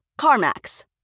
CarMax